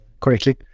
correctly